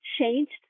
changed